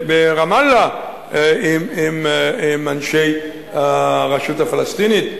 ברמאללה עם אנשי הרשות הפלסטינית.